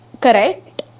correct